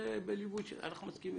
אנחנו מסכימים,